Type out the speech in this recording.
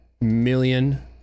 million